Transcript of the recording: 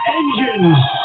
engines